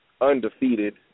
undefeated